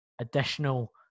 additional